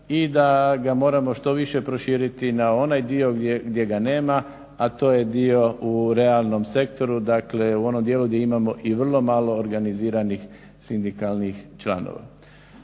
i da ga moramo što više proširiti na onaj dio gdje ga nema, a to je dio u realnom sektoru dakle u onom dijelu gdje imamo i vrlo malo organiziranih sindikalnih članova.